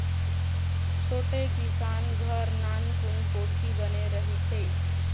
छोटे किसान घर नानकुन कोठी बने रहिथे